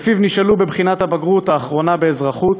שלפיו נשאלו בבחינת הבגרות האחרונה באזרחות